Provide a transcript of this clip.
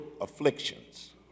afflictions